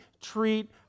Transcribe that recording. treat